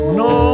no